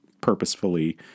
purposefully